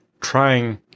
trying